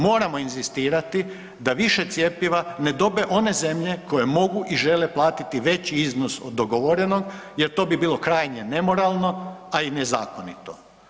Moramo inzistirati da više cjepiva ne dobe one zemlje koje mogu i žele platiti veći iznos od dogovorenog jer to bi bilo krajnje nemoralno a i nezakonito.